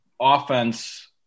offense